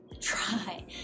try